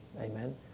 amen